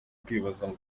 kwibaza